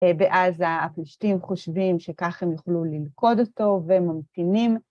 ‫ואז הפלישתים חושבים ‫שכך הם יוכלו ללכוד אותו וממתינים.